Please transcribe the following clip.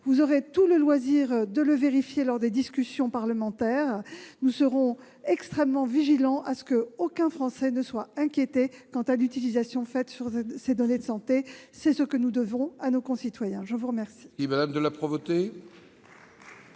vous aurez tout le loisir de le vérifier lors des discussions parlementaires, nous serons extrêmement vigilants à ce qu'aucun Français ne soit inquiété quant à l'utilisation de ses données de santé. C'est ce que nous devons à nos concitoyens. La parole